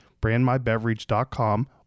BrandMyBeverage.com